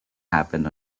happened